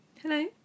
Hello